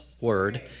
Word